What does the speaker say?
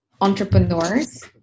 entrepreneurs